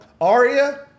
Aria